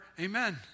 Amen